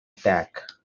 attack